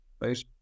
right